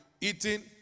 eating